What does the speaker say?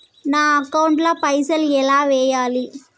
నా అకౌంట్ ల పైసల్ ఎలా వేయాలి?